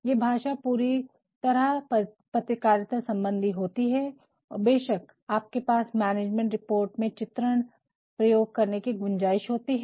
ये भाषा पूरी तरह पत्रकारिता सम्बन्धी होती है और बेशक आपके पास मैनेजमेंट रिपोर्ट में चित्रण प्रयोग करने की गुंजाईश होती है